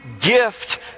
gift